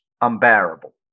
unbearable